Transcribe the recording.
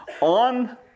on